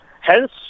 Hence